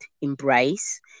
embrace